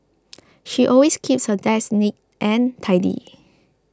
she always keeps her desk neat and tidy